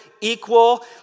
equal